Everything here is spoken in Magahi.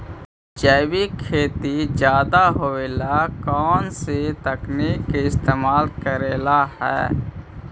जैविक खेती ज्यादा होये ला कौन से तकनीक के इस्तेमाल करेला हई?